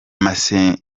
masegonda